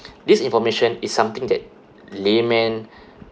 this information is something that laymen